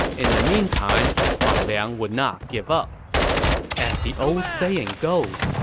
in the meantime, ma liang would not give up as the old saying goes,